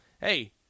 hey